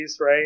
right